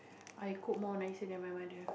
I cook more nicer than my mother